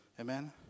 Amen